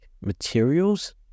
materials